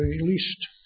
released